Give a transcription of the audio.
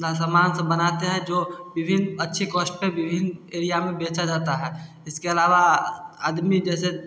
अपना सामान सब बनाते हैं जो विभिन्न अच्छी कोष्ट पर विभिन्न एरिया में बेचा जाता है इसके अलावा आदमी जैसे